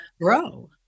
grow